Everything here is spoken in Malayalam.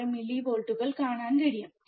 6 മില്ലിവോൾട്ടുകൾ കാണാൻ കഴിയും